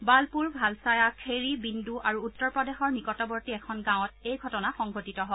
বালপুৰ ভালছায়া খেৰী বিন্দু আৰু উত্তৰ প্ৰদেশৰ নিকটৱৰ্তী এখন গাঁৱত এই ঘটনা সংঘটিত হয়